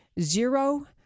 zero